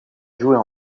jouer